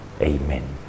Amen